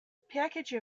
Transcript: package